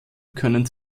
können